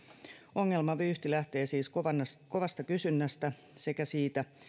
ongelmavyyhti lähtee siis kovasta kysynnästä sekä siitä